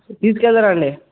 తీసుకు వెళ్ళుదరు అండి